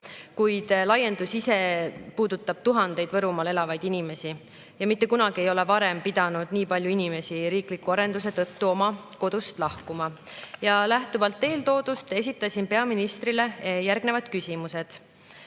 kuid laiendus ise puudutab tuhandeid Võrumaal elavaid inimesi. Mitte kunagi varem ei ole pidanud nii palju inimesi riikliku arenduse tõttu oma kodust lahkuma. Lähtuvalt eeltoodust esitasin peaministrile järgnevad küsimused.